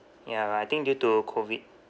ya I think due to COVID